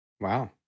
Wow